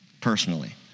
personally